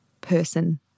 person